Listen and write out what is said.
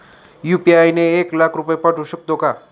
UPI ने एक लाख रुपये पाठवू शकतो का?